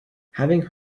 having